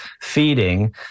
feeding